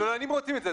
הלולנים רוצים את זה.